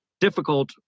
difficult